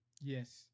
yes